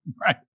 Right